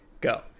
Go